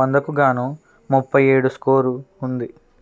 వందకు గాను ముప్పై ఏడు స్కోరు ఉంది